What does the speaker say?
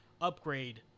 upgrade